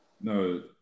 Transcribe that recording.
No